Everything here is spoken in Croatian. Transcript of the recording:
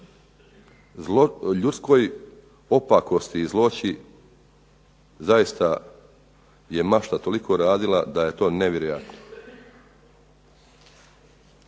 Ljudskoj opakosti i zloći zaista je mašta toliko radila da je to nevjerojatno.